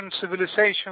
civilization